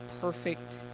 perfect